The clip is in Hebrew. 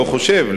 לא חושב,